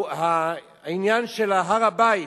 העניין של הר-הבית,